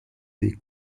des